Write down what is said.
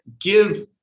give